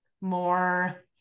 more